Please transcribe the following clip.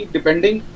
Depending